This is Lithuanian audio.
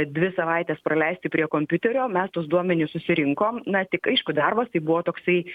dvi savaites praleisti prie kompiuterio mes tuos duomenis susirinkom na tik aišku darbas tai buvo toksai